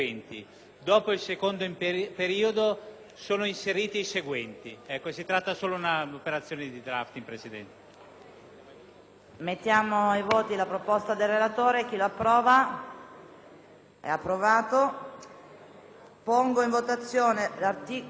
sono inseriti i seguenti: ". Si tratta soltanto di un'operazione di *drafting*, Presidente.